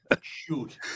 Shoot